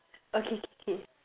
okay K K